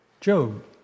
Job